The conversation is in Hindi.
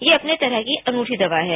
यह अपनी तरह की अनूठी दवा है